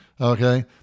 Okay